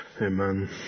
Amen